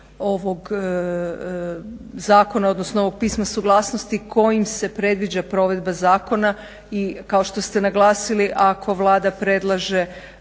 ovog zakona, odnosno ovog pisma suglasnosti kojim se predviđa provedba zakona i kao što ste naglasili ako Vlada predlaže